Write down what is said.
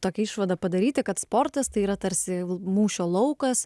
tokią išvadą padaryti kad sportas tai yra tarsi mūšio laukas